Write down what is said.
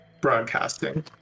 broadcasting